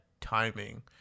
timing